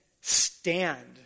stand